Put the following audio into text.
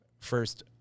First